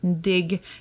dig